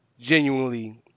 genuinely